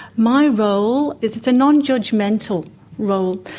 my role, it's it's a non-judgemental role,